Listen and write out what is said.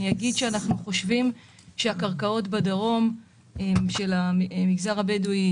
אגיד שאנחנו חושבים שהקרקעות בדרום של המגזר הבדואי,